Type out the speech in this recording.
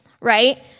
right